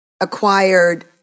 acquired